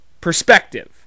perspective